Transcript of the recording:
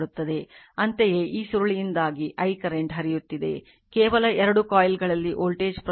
ಅಂತೆಯೇ ಈ ಸುರುಳಿಯಿಂದಾಗಿ I ಕರೆಂಟ್ ಹರಿಯುತ್ತಿದೆ ಕೇವಲ 2 ಕಾಯಿಲ್ ಗಳಲ್ಲಿ ವೋಲ್ಟೇಜ್ ಪ್ರಚೋದಿಸಲ್ಪಡುತ್ತದೆ M didt